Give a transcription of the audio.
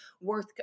worth